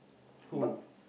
who